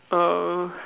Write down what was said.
uh